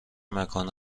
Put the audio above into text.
مکان